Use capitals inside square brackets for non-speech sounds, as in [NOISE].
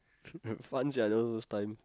[LAUGHS] fun sia that one those time